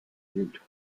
institute